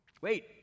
Wait